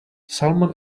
salmon